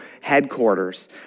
headquarters